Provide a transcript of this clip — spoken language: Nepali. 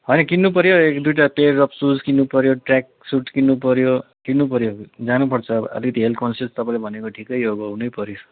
होइन किन्नुपर्यो एक दुईवटा पेयर अफ् सुज किन्नपर्यो ट्रेक सुट किन्नुपर्यो किन्नुपर्यो जानुपर्छ अब अलिकति हेल्थ कन्सियस तपाईँले भनेको ठिकै हो अब हुनैपर्यो